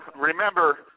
Remember